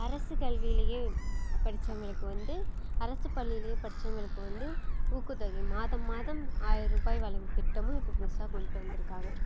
அரசு கல்வியிலையே படித்தவங்களுக்கு வந்து அரசு பள்ளியிலையே படித்தவங்களுக்கு வந்து ஊக்கத்தொகை மாதம் மாதம் ஆயிர்ரூபாய் வழங்கும் திட்டமும் இப்போது புதுசாக கொண்டு வந்திருக்காங்க